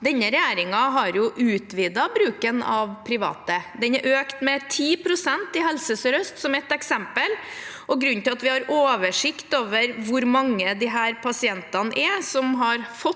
regjeringen har utvidet bruken av private. Den har økt med 10 pst. i Helse SørØst, som ett eksempel. Grunnen til at vi har oversikt over hvor mange pasienter det er som har fått